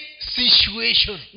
situation